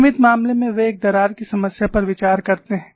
सीमित मामले में वे एक दरार की समस्या पर विचार करते हैं